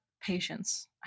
patience